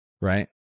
Right